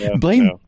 Blame